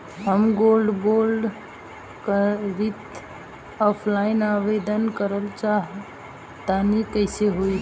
हम gold bond करंति offline आवेदन करल चाह तनि कइसे होई?